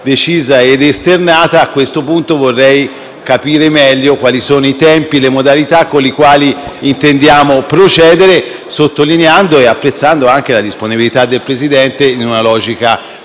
già state esternate, vorrei capire meglio quali sono i tempi e le modalità con cui intendiamo procedere, sottolineando e apprezzando anche la disponibilità del Presidente, in una logica